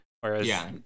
whereas